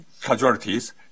casualties